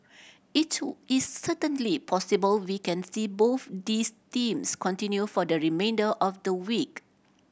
it is certainly possible we can see both those themes continue for the remainder of the week